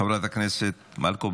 חברת הכנסת מלקו,